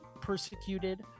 persecuted